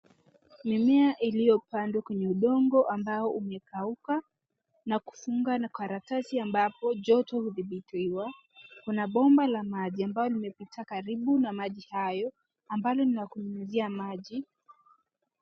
Mimea iliyopandwa kwenye udongo ambao umekauka, na kufungwa karatasi ambapo joto hudhibitiwa. Kuna bomba la maji ambalo limepita karibu na maji hayo, ambalo ni ya kunyunyizia maji